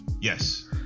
yes